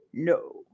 No